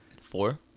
Four